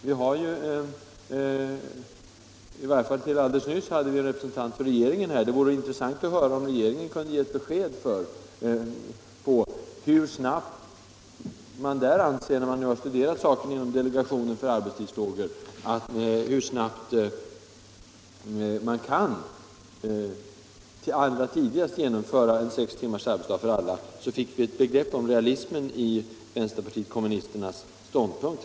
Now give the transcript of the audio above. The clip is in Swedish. Vi hade i varje fall fram till för en stund sedan en representant för regeringen närvarande i kammaren, och det vore intressant att höra om regeringen, sedan nu delegationen för arbetstidsfrågor har studerat detta, kan ge ett besked om när man kan genomföra sex timmars arbetsdag för alla. Då kunde vi få ett begrepp om realismen i vänsterpartiet kommunisternas ståndpunkt.